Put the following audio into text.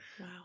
Wow